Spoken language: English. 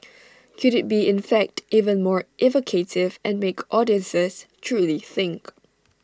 could IT be in fact even more evocative and make audiences truly think